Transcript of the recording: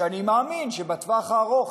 שאני מאמין שבטווח הארוך,